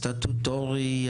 הסטטוטורי,